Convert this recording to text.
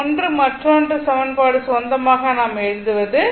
இது ஒன்று மற்றொரு சமன்பாடு சொந்தமாக நாம் எழுதுவது